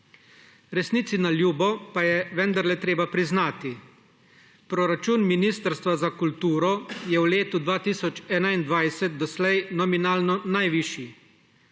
Resnici na ljubo pa je vendarle treba priznati, proračun Ministrstva za kulturo je v letu 2021 doslej nominalno najvišji,